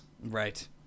Right